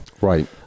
Right